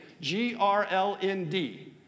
G-R-L-N-D